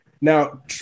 Now